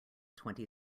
twenty